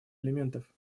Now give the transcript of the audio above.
элементов